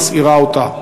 שמסעירה אותה.